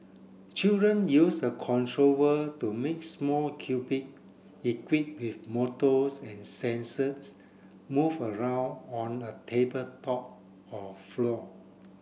children use a controller to make small cubic equipped with motors and sensors move around on a tabletop or floor